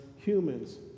humans